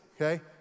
okay